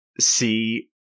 See